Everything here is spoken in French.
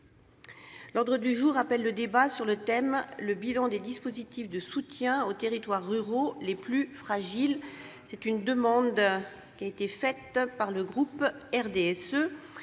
avons terminé avec le débat sur le thème :« Le bilan des dispositifs de soutien aux territoires ruraux les plus fragiles.